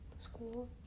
school